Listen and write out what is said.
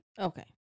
Okay